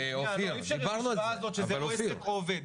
על --- אי-אפשר עם המשוואה שזה או עסק או עובד,